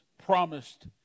promised